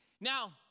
Now